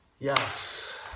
yes